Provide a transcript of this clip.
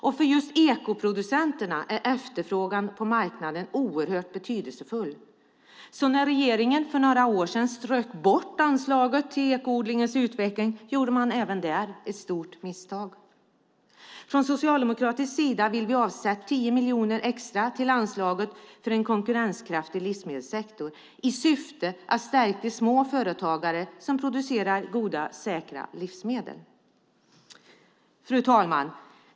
Just för ekoproducenterna är efterfrågan på marknaden oerhört betydelsefull. När regeringen för några år sedan strök bort anslaget till ekoodlingens utveckling gjorde man ett stort misstag, även där. Från socialdemokratisk sida vill vi avsätta 10 miljoner extra till anslaget för en konkurrenskraftig livsmedelssektor i syfte att stärka de små företagare som producerar goda och säkra livsmedel. Fru ålderspresident!